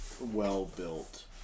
well-built